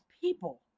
people